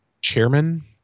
chairman